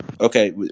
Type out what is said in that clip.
okay